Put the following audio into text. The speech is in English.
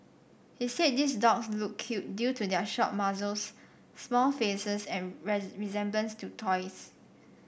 he said these dogs look cute due to their short muzzles small faces and resemblance to toys